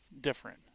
different